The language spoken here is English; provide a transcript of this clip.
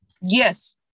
Yes